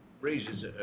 raises